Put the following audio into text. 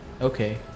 Okay